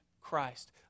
Christ